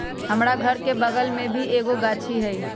हमरा घर के बगल मे भी एगो गाछी हई